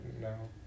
no